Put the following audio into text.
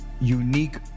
unique